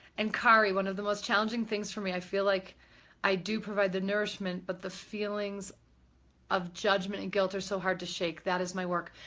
and kari, one of the most challenging things for me, i feel like i do provide the nourishment but the feelings of judgment and guilt are so hard to shake, that is my work.